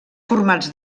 formats